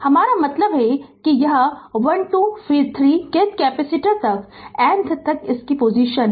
हमारा मतलब है कि हमारा यह 1 2 फिर 3 kth कैपेसिटर तक nth है